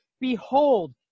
Behold